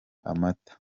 amata